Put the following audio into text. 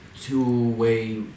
two-way